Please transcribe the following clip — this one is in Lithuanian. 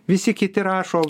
visi kiti rašo